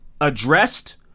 addressed